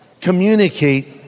communicate